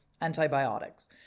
antibiotics